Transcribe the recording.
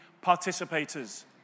participators